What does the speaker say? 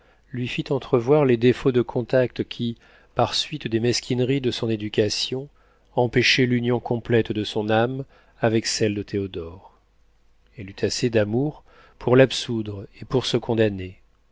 lui fit entrevoir les défauts de contact qui par suite des mesquineries de son éducation empêchaient l'union complète de son âme avec celle de théodore elle eut assez d'amour pour l'absoudre et pour se condamner